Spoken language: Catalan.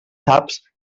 taps